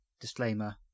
disclaimer